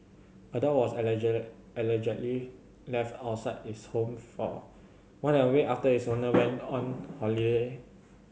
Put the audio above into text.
a dog was allegedly left outside its home for more than a week after its owner went on holiday